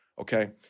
okay